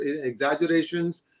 exaggerations